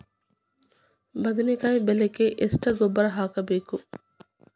ಬದ್ನಿಕಾಯಿ ಬೆಳಿಗೆ ಎಷ್ಟ ಗೊಬ್ಬರ ಹಾಕ್ಬೇಕು?